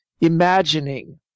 imagining